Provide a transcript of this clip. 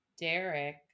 derek